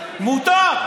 מותר.